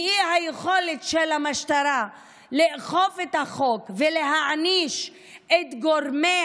מהאי-יכולת של המשטרה לאכוף את החוק ולהעניש את גורמי